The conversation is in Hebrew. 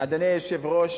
אדוני היושב-ראש,